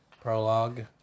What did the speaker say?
prologue